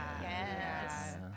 Yes